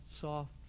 soft